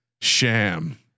sham